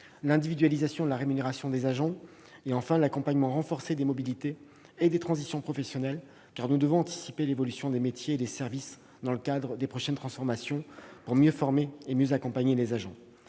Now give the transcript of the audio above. l'individualisation de la rémunération des agents publics ; enfin l'accompagnement renforcé des mobilités et des transitions professionnelles- nous devons anticiper l'évolution des métiers et des services qu'impliqueront les prochaines transformations, mieux former et mieux accompagner les agents.